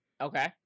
Okay